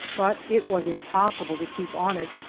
but it was impossible to keep on it,